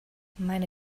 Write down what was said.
meine